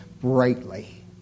brightly